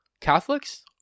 Catholics